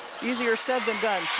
easier said than done.